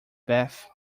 bath